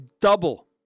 double